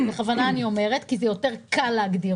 בכוונה אני אומרת כי זה יותר קל להגדיר